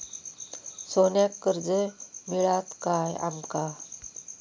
सोन्याक कर्ज मिळात काय आमका?